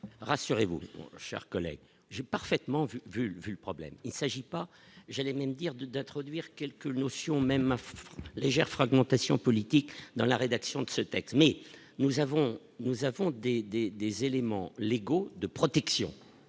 rassurez-vous, chers collègues, j'ai parfaitement vu vu vulve le problème : il ne s'agit pas, j'allais même dire de d'introduire quelques notions même ma légère fragmentation politique dans la rédaction de ce texte mais nous avons, nous avons des, des, des éléments légaux de protection